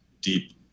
deep